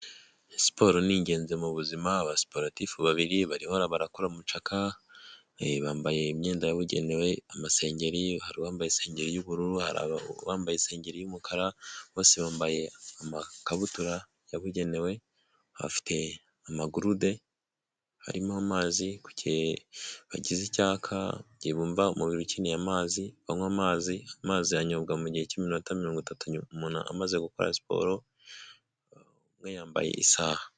Siporo ni ingenzi mu buzima abasiporatifu babiri bahora barakora umucakara bambaye imyenda yabugenewe amasengeri wambaye isengesho y'ubururu, hari abambaye isengeri y'umukara, bose bambaye amakabutura yabugenewe, bafite amagururude, harimo amazi, bagize icyaka byibumba umubiri ukeneyei amazi banywa amazi amazi yanyobwa mu gihe cy'iminota mirongo itatu umuntu amaze gukora siporo, umwe yambaye isaha.